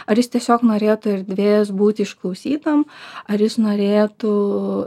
ar jis tiesiog norėtų erdvės būti išklausytam ar jis norėtų